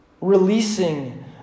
releasing